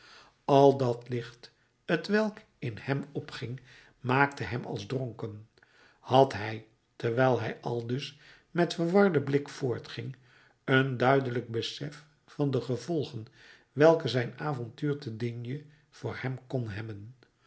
al dat licht t welk in hem opging maakte hem als dronken had hij terwijl hij aldus met verwarden blik voortging een duidelijk besef van de gevolgen welke zijn avontuur te d voor hem kon hebben